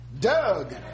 Doug